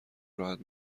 راحت